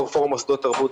יו"ר פורום מוסדות תרבות,